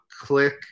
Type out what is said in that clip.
click